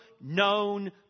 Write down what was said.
known